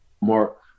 Mark